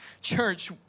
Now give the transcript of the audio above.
Church